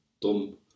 dum